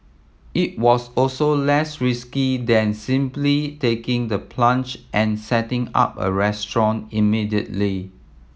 it was also less risky than simply taking the plunge and setting up a restaurant immediately